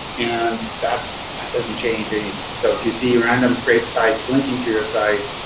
and that that doesn't change anything. so if you see random scraper sites linking to your site,